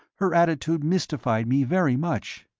her attitude mystified me very much.